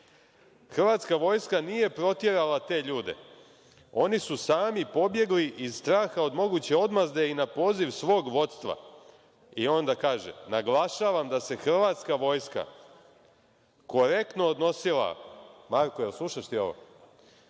„hrvatska vojska nije protjerala te ljude. Oni su sami pobjegli iz straha od moguće odmazde i na poziv svog vodstva.“ Onda kaže: „Naglašavam da se hrvatska vojska korektno odnosila“, Marko, slušaš li ti ovo,